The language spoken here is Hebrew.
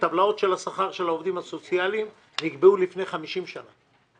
הטבלאות של השכר של העובדים הסוציאליים נקבעו לפני 50 שנה.